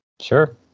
Sure